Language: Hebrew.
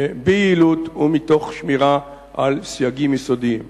ביעילות ומתוך שמירה על סייגים יסודיים.